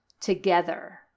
together